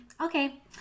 Okay